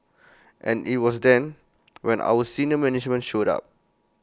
and IT was then when our senior management showed up